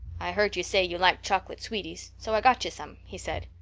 i heard you say you liked chocolate sweeties, so i got you some, he said.